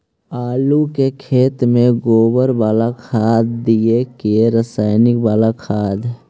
आलू के खेत में गोबर बाला खाद दियै की रसायन बाला खाद?